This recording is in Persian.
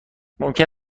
ممکن